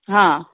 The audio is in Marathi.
हा